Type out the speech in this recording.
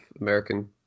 american